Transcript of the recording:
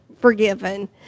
forgiven